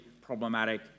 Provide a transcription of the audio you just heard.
problematic